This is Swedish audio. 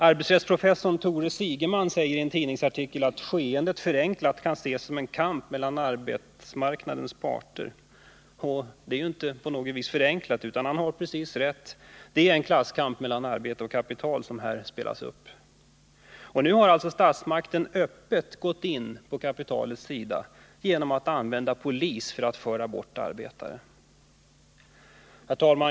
Professorn i arbetsrätt Tore Sigeman säger i en tidningsartikel att skeendet ”förenklat kan ses som en kamp mellan arbetsmarknadens parter”. Det är inte på något vis förenklat, utan han har precis rätt. Det är en klasskamp mellan arbetare och kapital som här utspelar sig. Nu har alltså statsmakten öppet gått in på kapitalets sida genom att använda polis för att föra bort arbetare. Herr talman!